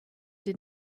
did